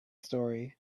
story